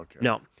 No